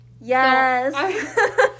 yes